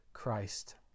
Christ